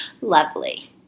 Lovely